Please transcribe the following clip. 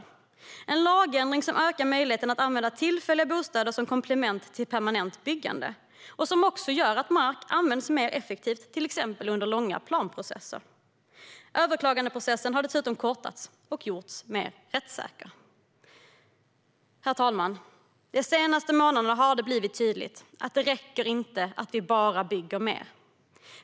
Det är en lagändring som ökar möjligheten att använda tillfälliga bostäder som komplement till permanent byggande och som också gör att mark kan användas mer effektivt, till exempel under långa planprocesser. Överklagandeprocessen har dessutom kortats och gjorts mer rättssäker. Herr talman! De senaste månaderna har det blivit tydligt att det inte räcker att vi bara bygger mer.